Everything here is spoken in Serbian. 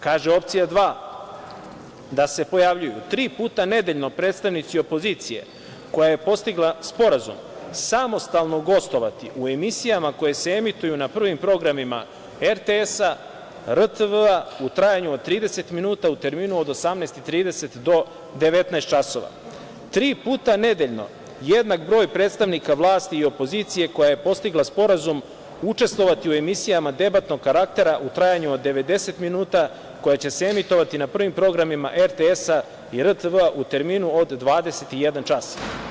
Kaže opcija dva – da se pojavljuju tri puta nedeljno predstavnici opozicije koja je postigla sporazum, samostalno gostovati u emisijama koje se emituju na prvim programima RTS, RTV u trajanju od 30 minuta u terminu od 18.30 časova do 19.00 časova, tri puta nedeljno jednak broj predstavnika vlasti i opozicije koja je postigla sporazum učestvovati u emisijama debatnog karaktera u trajanju od 90 minuta, koja će se emitovati na prvim programima RTS i RTV u terminu od 21.00 čas.